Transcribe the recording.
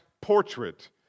portrait